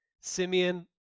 Simeon